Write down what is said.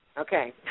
Okay